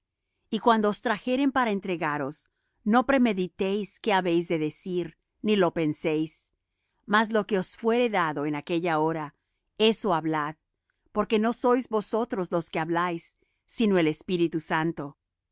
y cuando os trajeren para entregaros no premeditéis qué habéis de decir ni lo penséis mas lo que os fuere dado en aquella hora eso hablad porque no sois vosotros los que habláis sino el espíritu santo